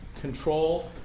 Control